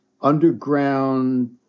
underground